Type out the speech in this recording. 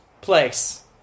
place